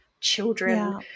children